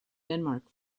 denmark